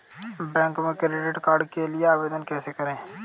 Bank में credit card के लिए आवेदन कैसे करें?